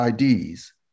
IDs